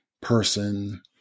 person